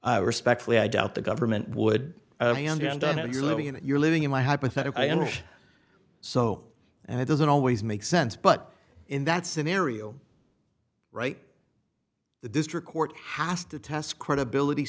respectfully i doubt the government would understand i know you're living and you're living in my hypothetical so and it doesn't always make sense but in that scenario right the district court has to test credibility